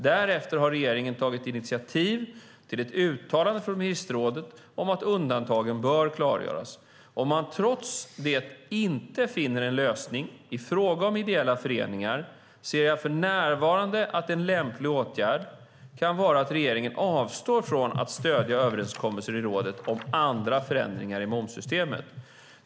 Därefter har regeringen tagit initiativ till ett uttalande från ministerrådet om att undantagen bör klargöras. Om man trots det inte finner en lösning i fråga om ideella föreningar ser jag för närvarande att en lämplig åtgärd kan vara att regeringen avstår från att stödja överenskommelser i rådet om andra förändringar av momssystemet.